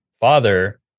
father